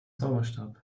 zauberstab